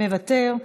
מוותר,